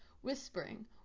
Whispering